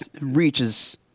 reaches